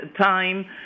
time